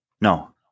No